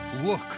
Look